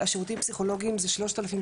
הפסיכולוגי: השירותים הפסיכולוגיים זה 3360